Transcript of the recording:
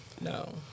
No